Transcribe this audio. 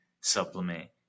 supplement